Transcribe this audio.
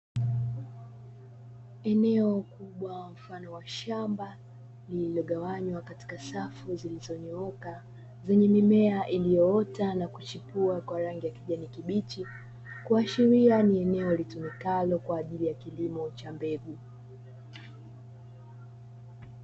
Eneo kubwa mfano wa shamba lililogawanywa katika safu zilizonyooka zenye mimea iliyoota na kuchipua kwa rangi ya kijani kibichi, kuashiria ni eneo litumikalo kwa ajili ya kilimo cha mbegu.